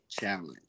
challenge